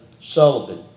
Sullivan